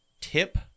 tip